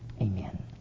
Amen